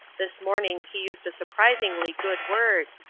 this morning he used a surprisingly good word.